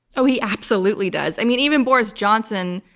oh, he absolutely does. i mean, even boris johnson,